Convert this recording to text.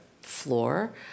floor